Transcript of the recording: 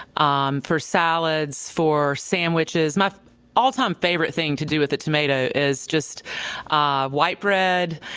um for salads, for sandwiches. my all-time favorite thing to do with a tomato is just ah white bread,